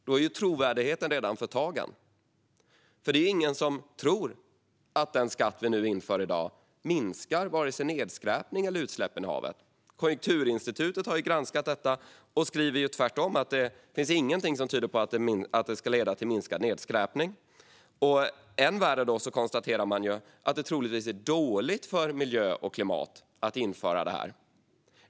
Då är ju trovärdigheten redan förtagen. Det finns ingen som tror att den skatt som vi inför i dag minskar vare sig nedskräpning eller utsläppen i haven. Konjunkturinstitutet har granskat detta och skriver tvärtom att det inte finns någonting som tyder på att det skulle leda till minskad nedskräpning. Än värre är, konstaterar man, att det troligtvis är dåligt för miljö och klimat att införa detta.